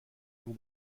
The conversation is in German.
nur